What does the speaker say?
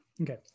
Okay